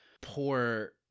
poor